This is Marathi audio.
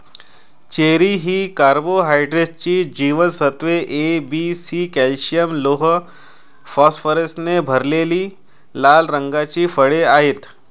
चेरी ही कार्बोहायड्रेट्स, जीवनसत्त्वे ए, बी, सी, कॅल्शियम, लोह, फॉस्फरसने भरलेली लाल रंगाची फळे आहेत